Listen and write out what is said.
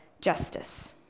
justice